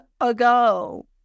ago